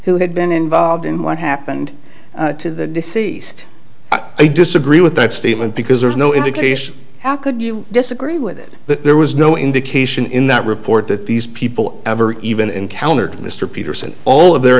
who had been involved in what happened to the deceased i disagree with that statement because there's no indication how could you disagree with it that there was no indication in that report that these people ever even encountered mr peterson all of their